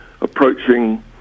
approaching